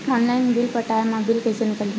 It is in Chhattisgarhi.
ऑनलाइन बिल पटाय मा बिल कइसे निकलही?